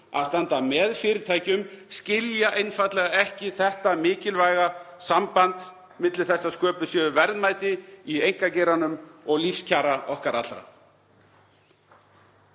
að standa með fyrirtækjum skilja einfaldlega ekki þetta mikilvæga samband milli þess að sköpuð séu verðmæti í einkageiranum og lífskjara okkar allra.